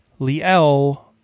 Liel